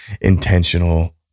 intentional